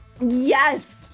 Yes